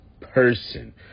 person